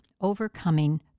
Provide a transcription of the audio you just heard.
overcoming